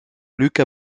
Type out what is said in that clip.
luca